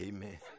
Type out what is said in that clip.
Amen